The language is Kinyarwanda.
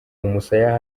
umusaya